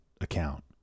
account